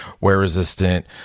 wear-resistant